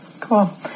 Cool